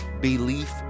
Belief